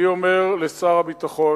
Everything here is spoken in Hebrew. אני אומר לשר הביטחון,